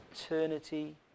eternity